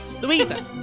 Louisa